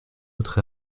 autre